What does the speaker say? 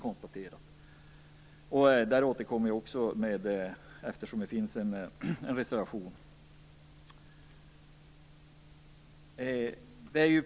Jag återkommer till detta, eftersom det finns en reservation i frågan.